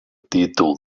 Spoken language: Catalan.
títol